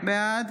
בעד